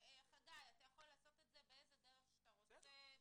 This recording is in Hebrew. חגי, אתה יכול לעשות זאת באיזו דרך שאתה רוצה.